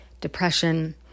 depression